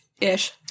Ish